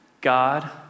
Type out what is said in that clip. God